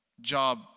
job